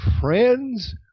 friends